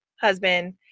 husband